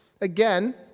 Again